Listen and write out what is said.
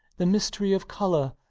the mystery of color,